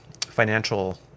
financial